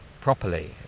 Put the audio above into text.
properly